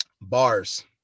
Bars